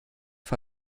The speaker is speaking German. vor